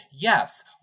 yes